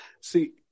See